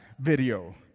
video